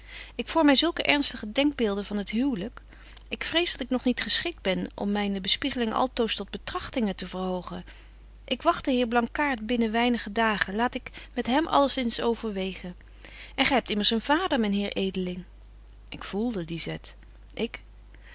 ik vorm my zulke ernstige denkbeelden van het huwlyk ik vrees dat ik nog niet geschikt ben om myne bespiegelingen altoos tot betrachtingen te verhogen ik wagt den heer blankaart binnen weinige dagen laat betje wolff en aagje deken historie van mejuffrouw sara burgerhart ik met hem alles eens overwegen en gy hebt immers een vader myn heer edeling ik voelde die zet